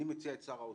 אני מציע את שר האוצר,